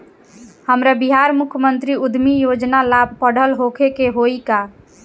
हमरा बिहार मुख्यमंत्री उद्यमी योजना ला पढ़ल होखे के होई का?